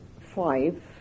five